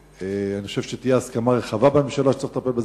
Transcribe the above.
אני חושב שתהיה הסכמה רחבה בממשלה שצריך לטפל בזה,